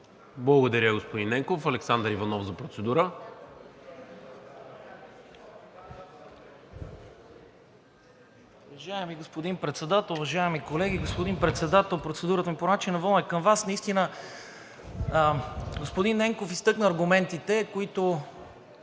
Благодаря Ви, господин Ненков. Александър Иванов – за процедура.